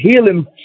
healing